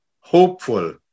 hopeful